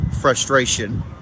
frustration